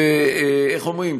ואיך אומרים,